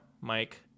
Mike